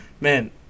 man